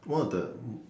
one of the